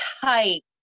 tight